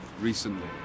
recently